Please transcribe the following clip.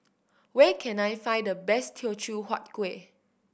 where can I find the best Teochew Huat Kuih